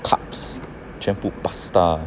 carbs 全部 pasta